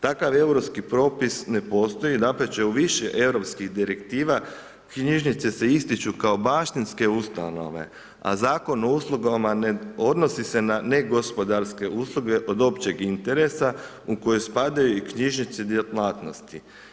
Takav europski propis ne postoji, dapače u više europskih direktiva, knjižnice se ističu kao baštinske ustanove a Zakon o uslugama ne odnosi se na ne gospodarske ustanove od općeg interesa u koju spadaju i knjižnične djelatnosti.